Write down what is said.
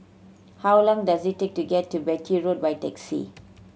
how long does it take to get to Beatty Road by taxi